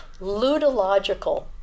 ludological